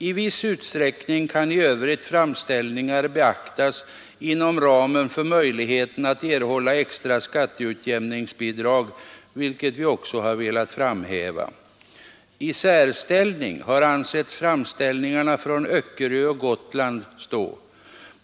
I viss utsträckning kan framställningar i övrigt beaktas inom ramen för möjligheterna att erhålla extra skatteutjämningsbidrag, vilket vi också velat framhäva. I särklass har framställningarna från Öckerö och Gotland ansetts stå.